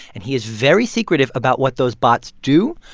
and he is very secretive about what those bots do,